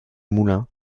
moulins